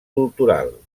cultural